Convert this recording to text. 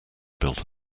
built